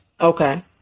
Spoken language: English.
Okay